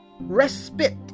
Respite